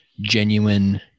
genuine